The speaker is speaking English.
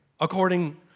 according